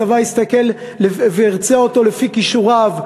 הצבא יסתכל וירצה אותו לפי כישוריו,